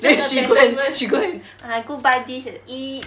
then she go and she go and I go buy this and eat